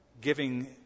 giving